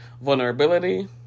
vulnerability